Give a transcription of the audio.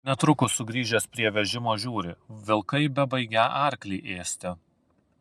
netrukus sugrįžęs prie vežimo žiūri vilkai bebaigią arklį ėsti